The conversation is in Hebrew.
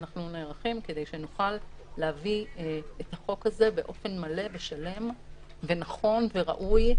אנחנו נערכים כדי שנוכל להביא את החוק הזה באופן מלא ושלם ונכון וראוי,